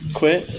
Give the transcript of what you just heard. quit